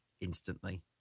instantly